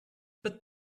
but